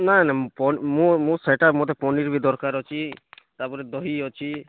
ନାଇ ନାଇ ମୋ ମୋ ସେଇଟା ମୋତେ ପନିର୍ ବି ଦରକାର୍ ଅଛି ତା'ପରେ ଦହି ଅଛି